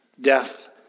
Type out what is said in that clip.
Death